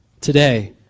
today